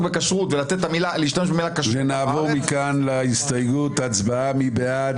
בכשרות ולתת את הכותרת "כשר" --- נצביע על הסתייגות 151. מי בעד?